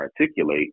articulate